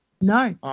no